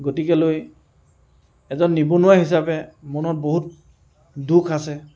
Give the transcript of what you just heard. গতিকেলৈ এজন নিবনুৱা হিচাপে মনত বহুত দুখ আছে